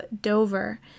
Dover